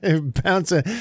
Bouncing